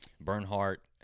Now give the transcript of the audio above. bernhardt